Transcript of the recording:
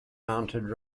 mounted